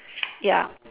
ya